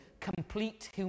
complete